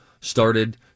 started